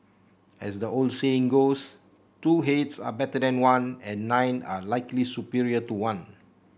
as the old saying goes two heads are better than one and nine are likely superior to one